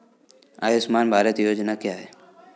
आयुष्मान भारत योजना क्या है?